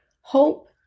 Hope